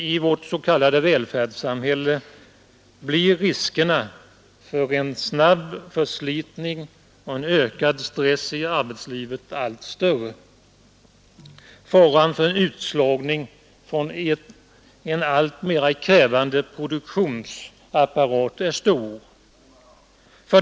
I vårt s.k. välfärdssamhälle blir riskerna för en snabb förslitning och ökad stress i arbetslivet allt större. Faran för utslagning från en alltmera krävande produktionsapparat är stor.